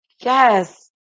Yes